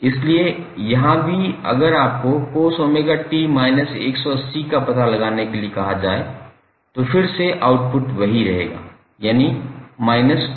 इसलिए यहां भी अगर आपको cos𝜔𝑡−180 का पता लगाने के लिए कहा जाए तो फिर से आउटपुट वही रहेगा यानी −cos𝜔𝑡